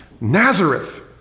Nazareth